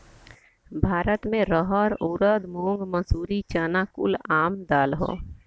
भारत मे रहर ऊरद मूंग मसूरी चना कुल आम दाल हौ